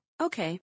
Okay